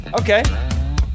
Okay